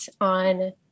on